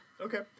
Okay